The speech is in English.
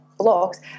blocks